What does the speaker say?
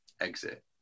exit